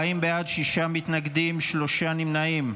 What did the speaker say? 40 בעד, שישה מתנגדים, שלושה נמנעים.